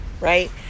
right